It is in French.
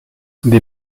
des